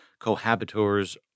cohabitors